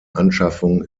anschaffung